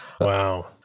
wow